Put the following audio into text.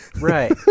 right